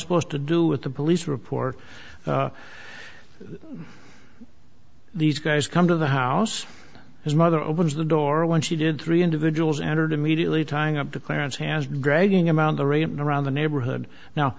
supposed to do with the police report these guys come to the house his mother opens the door when she did three individuals and are to mediately tying up the clarence hands dragging around the ring around the neighborhood now